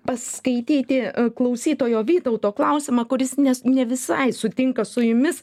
paskaityti klausytojo vytauto klausimą kuris nes ne visai sutinka su jumis